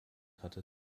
hatte